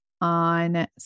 on